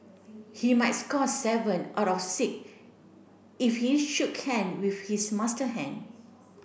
he might score seven out of six if he shook hand with his master hand